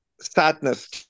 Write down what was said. sadness